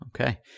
Okay